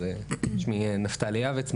שמי נפתלי יעבץ,